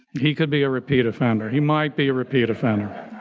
he could be a repeat offender. he might be a repeat offender.